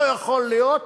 לא יכול להיות,